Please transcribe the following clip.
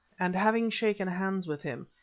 and having shaken hands with him,